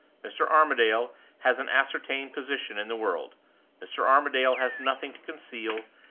mr. armadale has an ascertained position in the world mr. armadale has nothing to conceal,